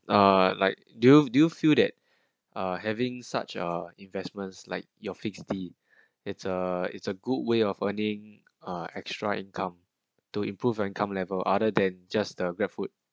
ah like do you do you feel that having such a investments like your fix the it's a it's a good way of earning extra income to improve and income level other than just a barefoot